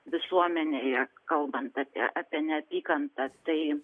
visuomenėje kalbant apie neapykantą tai